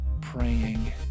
praying